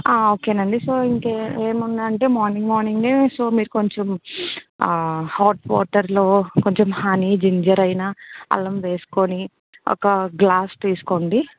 okay అండి ఇంకా ఏముంది అంటే మార్నింగ్ మార్నింగ్ సో మీరు కొంచెం హాట్ వాటర్లో కొంచెం హనీ జింజర్ అయిన అల్లం వేసుకొని ఒక గ్లాస్ తీసుకోండి